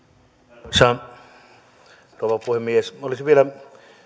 arvoisa rouva puhemies olisin vielä